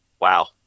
Wow